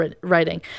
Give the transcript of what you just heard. writing